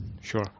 Sure